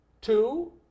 two